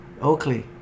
Oakley